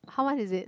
how much is it